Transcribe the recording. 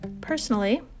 personally